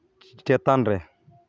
ᱪᱮᱛᱟᱱ ᱨᱮ